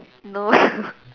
no